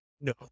No